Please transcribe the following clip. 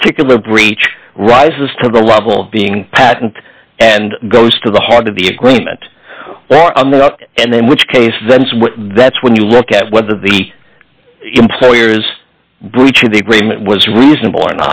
particular breach rises to the level of being patent and goes to the heart of the agreement or on the up and then which case then that's when you look at whether the employer's breach of the agreement was reasonable or